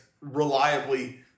reliably